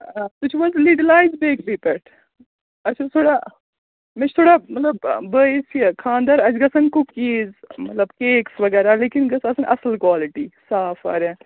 تُہۍ چھِو حظ لی ڈِلایِس بیکری پٮ۪ٹھ اَسہِ اوس تھوڑا مےٚ چھِ تھوڑا مطلب بٲیِس یہِ خانٛدَر اَسہِ گژھَن کُکیٖز مطلب کیکٕس وغیرہ لیکن گٔژھ آسٕنۍ اَصٕل کالٹی صاف واریاہ